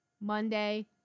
Monday